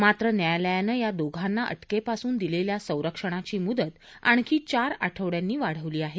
मात्र न्यायालयानं या दोघांना अटकेपासून दिलेल्या संरक्षणाची मुदत आणखी चार आठवड्यांनी वाढवली आहे